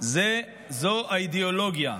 זו האידיאולוגיה,